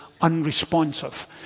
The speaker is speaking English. unresponsive